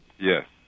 Yes